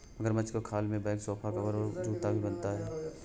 मगरमच्छ के खाल से बैग सोफा कवर और जूता भी बनता है